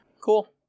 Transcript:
Cool